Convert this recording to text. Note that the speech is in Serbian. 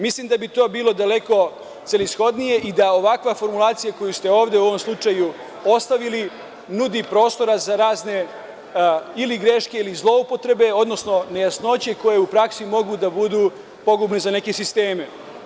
Mislim da bi to bilo daleko celishodnije i da ovakva formulacija koju ste ovde u ovom slučaju ostavili nudi prostora za razne ili greške, ili zloupotrebe, odnosno nejasnoće koje u praksi mogu da budu pogubni za neke sisteme.